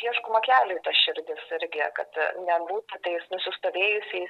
ieškome kelio į tas širdis irgi kad nebūtų tais nusistovėjusiais